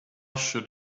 should